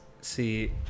see